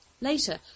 Later